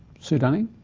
sue dunning?